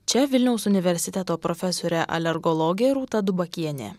čia vilniaus universiteto profesorė alergologė rūta dubakienė